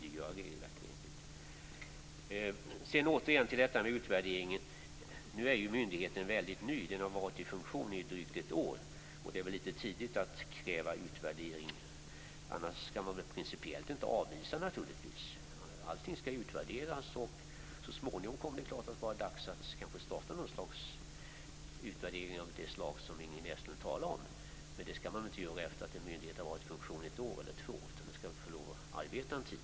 Sedan kommer vi åter till frågan om utvärdering. Myndigheten är väldigt ny. Den har varit i funktion i drygt ett år. Det är väl litet tidigt att kräva utvärdering, även om man naturligtvis inte skall avvisa sådana krav principiellt. Allting skall utvärderas, och så småningom kommer det att vara dags att starta en utvärdering av det slag som Ingrid Näslund talar om. Men det skall man väl inte göra redan efter ett år eller två? Myndigheten skall väl få lov att arbeta en tid?